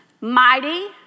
mighty